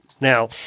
Now